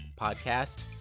podcast